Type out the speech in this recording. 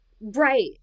Right